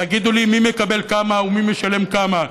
תגידו לי מי מקבל כמה ומי משלם כמה.